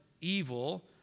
evil